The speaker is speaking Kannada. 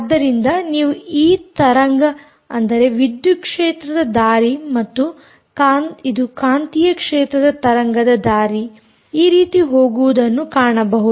ಆದ್ದರಿಂದ ನೀವು ಈ ತರಂಗ ಅಂದರೆ ವಿದ್ಯುತ್ ಕ್ಷೇತ್ರದ ದಾರಿ ಮತ್ತು ಇದು ಕಾಂತೀಯ ಕ್ಷೇತ್ರದ ತರಂಗ ದಾರಿ ಈ ರೀತಿ ಹೋಗುವುದನ್ನು ಕಾಣಬಹುದು